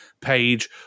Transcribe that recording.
page